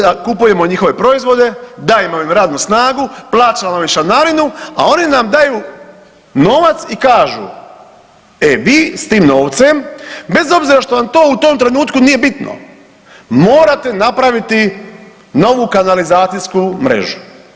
Dakle, kupujemo njihove proizvode, dajemo im radnu snagu, plaćamo im članarinu, a oni nam daju novac i kažu e vi s tim novcem bez obzira što vam to u tom trenutku nije bitno morate napraviti novu kanalizacijsku mrežu.